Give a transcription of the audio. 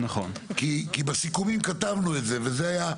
כי בסיכומים כתבנו את זה.